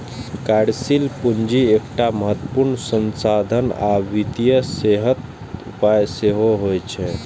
कार्यशील पूंजी एकटा महत्वपूर्ण संसाधन आ वित्तीय सेहतक उपाय सेहो होइ छै